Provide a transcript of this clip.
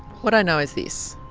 what i know is this.